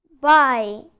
Bye